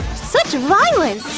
such violence!